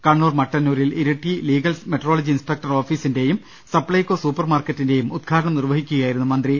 കണ്ണൂർ മട്ടന്നൂരിൽ Iritty legal metrology inspector ഓഫീസിന്റെയും സപ്ലൈകോ സൂപ്പർമാർക്കറ്റിന്റെയും ഉദ്ഘാടനം നിർവഹിക്കുകയായിരുന്നു മന്ത്രി